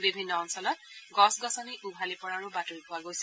বিভিন্ন অঞ্চলত গছ গছনি উভালি পৰাৰো বাতৰি পোৱা গৈছে